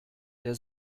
der